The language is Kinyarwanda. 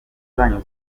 zanyu